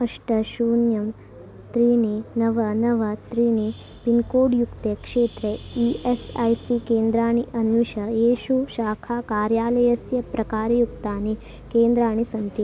अष्ट शून्यं त्रीणि नव नव त्रीणि पिन्कोड् युक्ते क्षेत्रे ई एस् ऐ सी केन्द्राणि अन्विष येषु शाखाकार्यालयस्य प्रकारयुक्तानि केन्द्राणि सन्ति